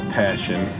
passion